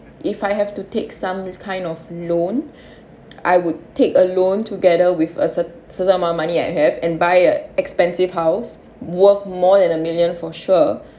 if I have to take some kind of loan I would take a loan together with a cer~ certain amount of money I have and buy a expensive house worth more than a million for sure